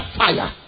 fire